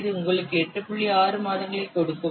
6 மாதங்களைக் கொடுக்கும்